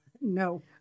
No